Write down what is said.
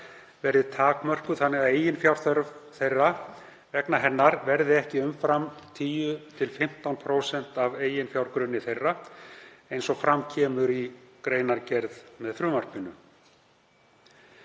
verði takmörkuð þannig að eiginfjárþörf vegna hennar verði ekki umfram 10–15% af eiginfjárgrunni þeirra, eins og fram kemur í greinargerð með frumvarpinu.